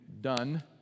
done